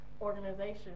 organization